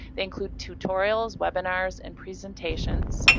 they include tutorials, webinars, and presentations.